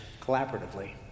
collaboratively